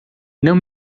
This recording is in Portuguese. não